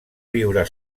viure